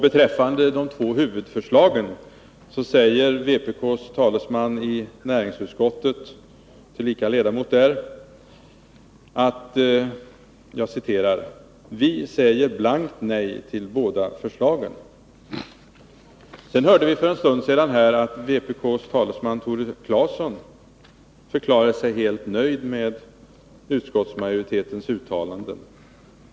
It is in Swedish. Beträffande de två huvudförslagen sade vpk:s talesman i näringsutskottet, tillika ledamot där, i en tidningsintervju att ”vi säger blankt nej till båda förslagen”. För en stund sedan hörde vi här i kammaren att vpk:s talesman Tore Claeson förklarade sig helt nöjd med utskottsmajoritetens uttalande.